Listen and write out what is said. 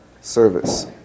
service